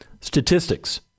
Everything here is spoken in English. Statistics